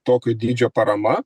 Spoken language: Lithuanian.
tokio dydžio parama